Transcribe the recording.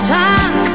time